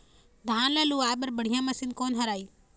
धान ला लुआय बर बढ़िया मशीन कोन हर आइ?